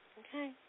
okay